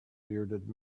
bearded